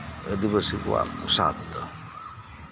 ᱟᱹᱫᱤᱵᱟᱹᱥᱤ ᱠᱚᱣᱟᱜ ᱯᱨᱚᱥᱟᱫ ᱫᱚ